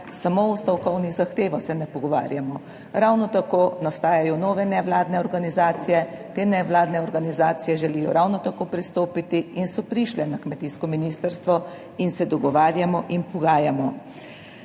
samo o stavkovnih zahtevah se ne pogovarjamo. Ravno tako nastajajo nove nevladne organizacije, te nevladne organizacije želijo ravno tako pristopiti in so prišle na kmetijsko ministrstvo in se dogovarjamo in pogajamo.